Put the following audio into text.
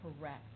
correct